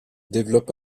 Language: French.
développe